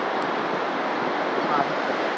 M बि मिस'नारि माबा बाथ्रा